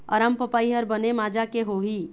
अरमपपई हर बने माजा के होही?